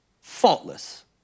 faultless